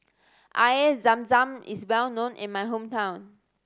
Air Zam Zam is well known in my hometown